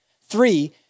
Three